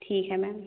ठीक है मैम